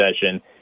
session